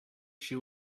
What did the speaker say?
she